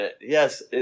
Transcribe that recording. Yes